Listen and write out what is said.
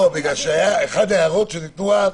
אחת ההערות שניתנו אז,